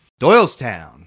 Doylestown